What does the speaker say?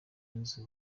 yunze